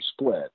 split